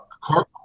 car